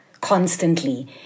constantly